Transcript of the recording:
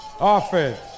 offense